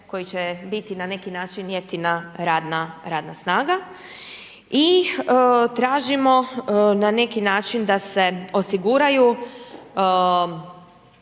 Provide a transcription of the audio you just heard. koji će biti na neki način jeftina radna snaga. I tražimo na neki način da se osiguraju